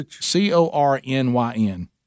C-O-R-N-Y-N